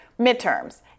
midterms